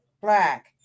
black